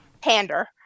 pander